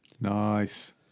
Nice